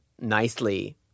nicely